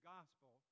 Gospel